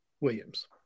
Williams